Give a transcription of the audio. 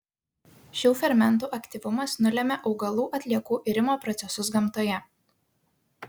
šių fermentų aktyvumas nulemia augalų atliekų irimo procesus gamtoje